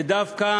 אלה דווקא